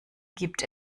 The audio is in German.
gibt